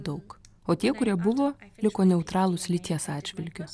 daug o tie kurie buvo liko neutralūs lyties atžvilgiu